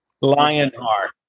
Lionheart